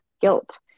guilt